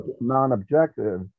Non-objective